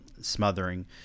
smothering